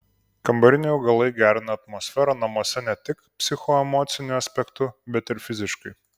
kambariniai augalai gerina atmosferą namuose ne tik psichoemociniu aspektu bet ir fiziškai